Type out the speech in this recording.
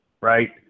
right